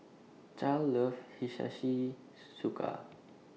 Charle loves Hiyashi Chuka